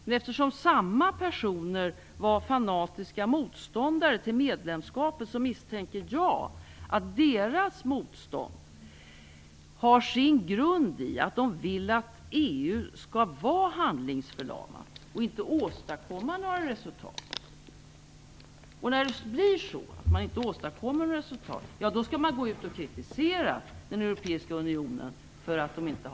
Men eftersom samma personer var fanatiska motståndare till medlemskapet, misstänker jag att deras motstånd har sin grund i att de vill att EU skall vara handlingsförlamat och inte skall åstadkomma några resultat. Och när det blir så att man inte åstadkommer några resultat - då skall den europeiska unionen kritseras för detta!